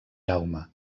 jaume